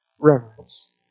reverence